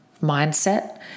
mindset